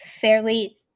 fairly